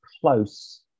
close